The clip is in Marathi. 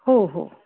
हो हो